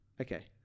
Okay